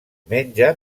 menja